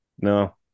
No